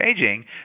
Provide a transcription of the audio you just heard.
aging